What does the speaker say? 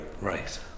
Right